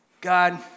God